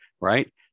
right